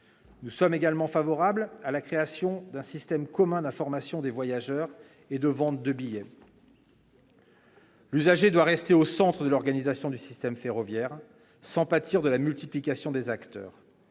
Nous sommes également favorables à la création d'un système commun d'information des voyageurs et de vente de billets ; l'usager doit rester au centre de l'organisation du ferroviaire sans pâtir de la multiplication des acteurs.